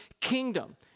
kingdom